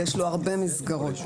ויש לו הרבה מסגרות,